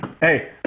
Hey